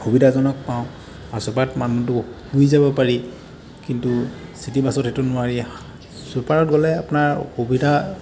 সুবিধাজনক পাওঁ আৰু ছুপাৰত মানুহটো শুই যাব পাৰি কিন্তু চিটি বাছত সেইটো নোৱাৰি ছুপাৰত গ'লে আপোনাৰ সুবিধা